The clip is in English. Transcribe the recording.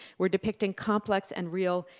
we're depicting complex and real,